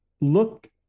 look